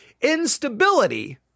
instability